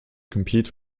compete